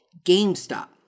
GameStop